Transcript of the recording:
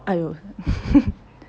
oh